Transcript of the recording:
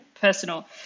personal